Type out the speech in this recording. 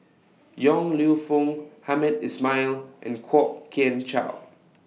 Yong Lew Foong Hamed Ismail and Kwok Kian Chow